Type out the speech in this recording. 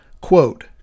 Quote